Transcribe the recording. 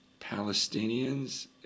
palestinians